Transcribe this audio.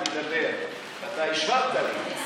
אתם הייתם באולם?